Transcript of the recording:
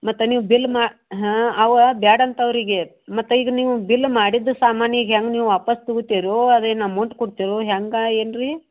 ಮತ್ತು ನೀವು ಬಿಲ್ ಮ ಹಾಂ ಅವ ಬ್ಯಾಡ ಅಂತ ಅವರಿಗೆ ಮತ್ತು ಈಗ ನೀವು ಬಿಲ್ ಮಾಡಿದ ಸಾಮಾನಿಗೆ ಹೆಂಗೆ ನೀವು ವಾಪಸ್ ತಗೊತಿರೊ ಅದೇನು ಅಮೌಂಟ್ ಕೊಡ್ತಿರೊ ಹೆಂಗೆ ಏನು ರೀ